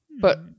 But-